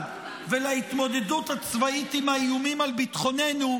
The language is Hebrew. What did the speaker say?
ולהתמודדות הצבאית עם האיומים על ביטחוננו,